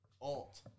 Alt